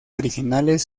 originales